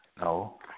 No